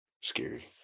Scary